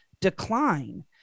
decline